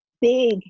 big